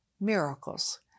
Miracles